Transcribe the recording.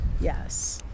yes